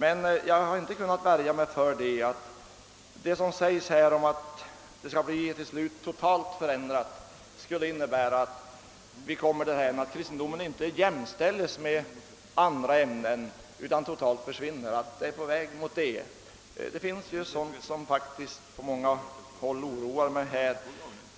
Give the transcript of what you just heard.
Jag har emellertid inte kunnat värja mig för misstanken att det som säges om att kristendomsundervisningen till slut skall bli totalt förändrad innebär att vi kommer därhän, att kristendomen inte jämställs med andra ämnen utan helt försvinner.